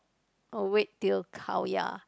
oh wait till Khao-Yai